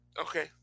Okay